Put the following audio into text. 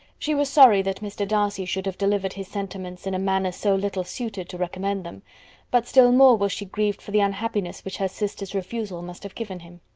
she was sorry that mr. darcy should have delivered his sentiments in a manner so little suited to recommend them but still more was she grieved for the unhappiness which her sister's refusal must have given him.